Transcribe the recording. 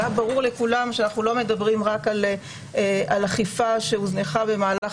והיה ברור לכולם שאנחנו לא מדברים רק על אכיפה שהוזנחה במהלך